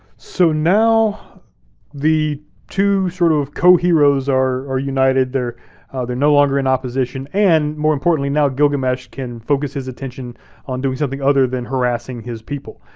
so now the two sort of co-heroes are united, they're they're no longer in opposition, and more importantly, now gilgamesh can focus his attention on doing something other than harassing his people.